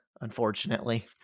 unfortunately